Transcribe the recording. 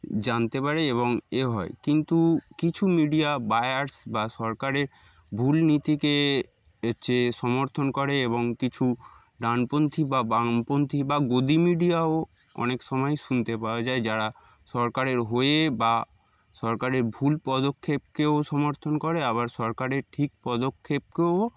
জানতে পারে এবং এ হয় কিন্তু কিছু মিডিয়া বায়াসড বা সরকারের ভুল নীতিকে হচ্ছে সমর্থন করে এবং কিছু ডানপন্থী বা বামপন্থী বা গদি মিডিয়াও অনেক সময় শুনতে পাওয়া যায় যারা সরকারের হয়ে বা সরকারের ভুল পদক্ষেপকেও সমর্থন করে আবার সরকারের ঠিক পদক্ষেপকেও